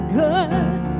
good